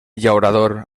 llaurador